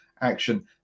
action